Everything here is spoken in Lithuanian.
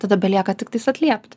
tada belieka tiktais atliepti